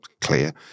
clear